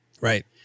Right